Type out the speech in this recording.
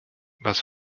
was